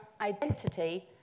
identity